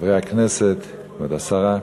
חברי הכנסת, כבוד השרה,